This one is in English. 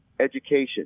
education